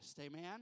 Amen